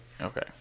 okay